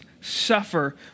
suffer